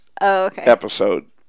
episode